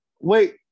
Wait